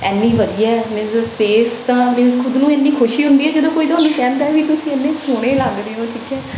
ਇੰਨੀ ਵਧੀਆ means face ਤਾਂ ਮੀਨਜ਼ ਖੁਦ ਨੂੰ ਇੰਨੀ ਖੁਸ਼ੀ ਹੁੰਦੀ ਹੈ ਜਦੋਂ ਕੋਈ ਤੁਹਾਨੂੰ ਕਹਿੰਦਾ ਵੀ ਤੁਸੀਂ ਇੰਨੇ ਸੋਹਣੇ ਲੱਗ ਰਹੇ ਹੋ ਠੀਕ ਹੈ